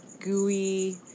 gooey